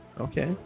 Okay